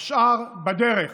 והשאר בדרך,